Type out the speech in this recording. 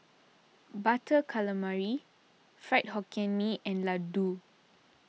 Butter Calamari Fried Hokkien Mee and Laddu